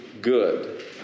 good